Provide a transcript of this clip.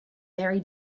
very